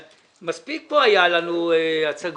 מספיק היו לנו פה הצגות.